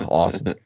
awesome